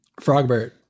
Frogbert